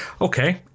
Okay